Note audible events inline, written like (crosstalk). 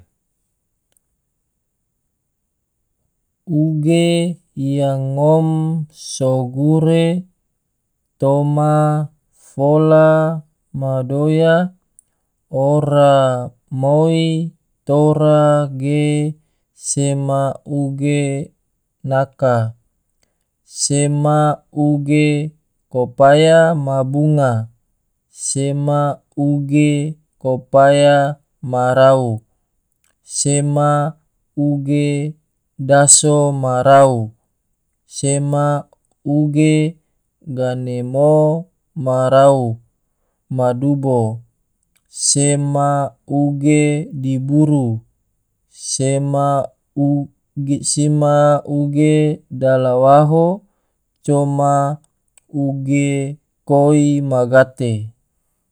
Uge yang ngom sogure toma fola ma doya ora moi tora ge sema uge naka, sema uge kopaya ma bunga, sema uge kopaya ma rau, sema uge daso ma rau, sema uge ganemo ma rau ma dubo, sema uge diburu, sema (hesitation) uge dalawaho, coma uge koi ma gate.